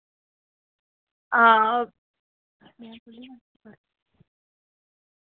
हां